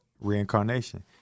reincarnation